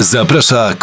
Zaprasza